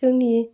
जोंनि